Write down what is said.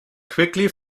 quickly